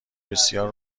بسیار